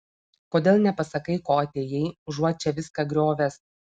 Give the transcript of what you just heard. kodėl nepasakai ko atėjai užuot čia viską griovęs